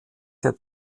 der